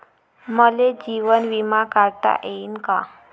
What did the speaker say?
मले जीवन बिमा काढता येईन का?